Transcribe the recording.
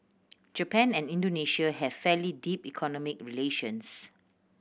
Japan and Indonesia have fairly deep economic relations